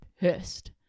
pissed